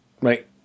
Right